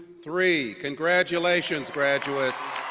three! congratulations graduates!